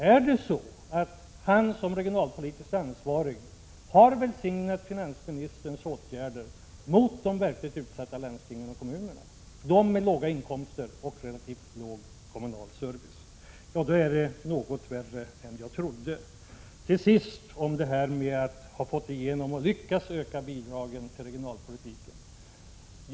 Eller har han som regionalpolitiskt ansvarig välsignat finansministerns åtgärd mot de verkligt utsatta landstingen och kommunerna, de med låga inkomster och relativt låg kommunal service? Då är det något värre än jag trodde. Till sist några ord om att få igenom och lyckas öka bidragen till regionalpolitiken.